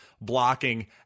blocking